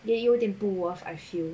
也有点不 worth I feel